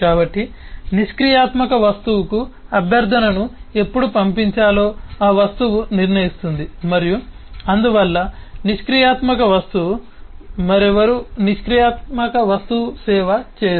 కాబట్టి నిష్క్రియాత్మక వస్తువుకు అభ్యర్థనను ఎప్పుడు పంపించాలో ఆ వస్తువు నిర్ణయిస్తుంది మరియు అందువల్ల నిష్క్రియాత్మక వస్తువు మరెవరూ నిష్క్రియాత్మక వస్తువు సేవ చేయదు